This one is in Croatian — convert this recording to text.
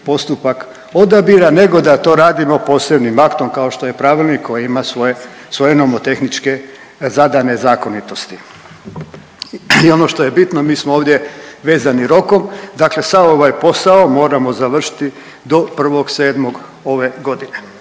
postupak odabira nego da to radimo posebnim aktom kao što je pravilnik koji ima svoje, svoje nomotehničke zadane zakonitosti. I ono što je bitno mi smo ovdje vezani rokom, dakle sav ovaj posao moramo završiti do 1.7. ove godine.